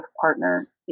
partner